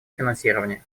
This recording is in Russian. финансирования